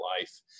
life